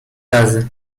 razy